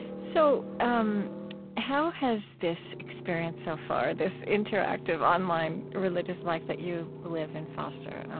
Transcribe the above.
so um how has this experience so far, this interactive online religious life that you live and foster,